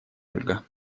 ольга